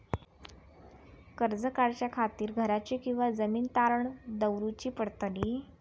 कर्ज काढच्या खातीर घराची किंवा जमीन तारण दवरूची पडतली?